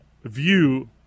view